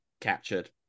captured